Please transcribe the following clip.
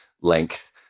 length